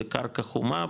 בקרקע חומה,